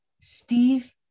Steve